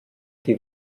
die